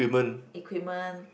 equipment